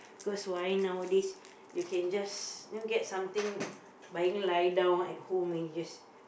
cause why nowadays you can just get something by lying down at home you just